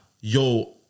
yo